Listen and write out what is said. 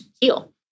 heal